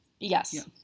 Yes